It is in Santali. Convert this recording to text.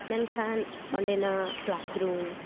ᱢᱮᱱᱠᱷᱟᱱ ᱚᱸᱰᱮᱱᱟᱜ ᱠᱮᱞᱟᱥᱨᱩᱢ